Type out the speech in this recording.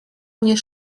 mnie